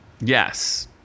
Yes